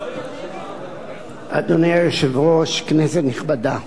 אדוני היושב-ראש, כנסת נכבדה,